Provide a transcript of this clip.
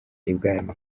ibwami